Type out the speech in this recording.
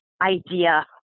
idea